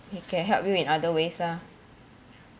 if can help you in other ways lah